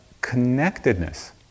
connectedness